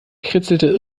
kritzelte